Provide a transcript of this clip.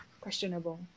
questionable